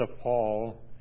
Paul